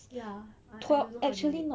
ya I I don't know how they do it